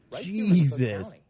Jesus